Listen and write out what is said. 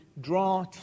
draw